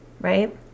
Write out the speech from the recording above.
right